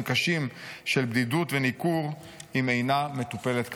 קשים של בדידות וניכור אם אינה מטופלת כראוי.